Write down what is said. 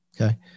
okay